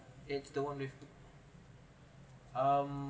it's the one with um